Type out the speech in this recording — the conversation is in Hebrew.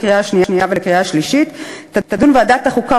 לקריאה שנייה ולקריאה שלישית תדון ועדת החוקה,